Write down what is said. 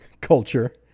culture